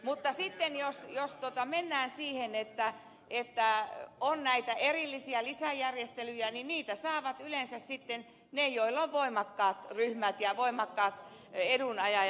mutta sitten jos mennään siihen että on näitä erillisiä lisäjärjestelyjä niin niitä saavat yleensä sitten ne joilla on voimakkaat ryhmät ja voimakkaat edunajajat